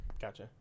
Gotcha